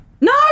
No